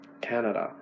Canada